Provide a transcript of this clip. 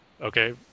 okay